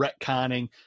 retconning